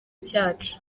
cyacu